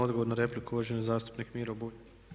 Odgovor na repliku uvaženi zastupnik Miro Bulj.